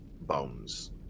bones